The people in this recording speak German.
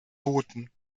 booten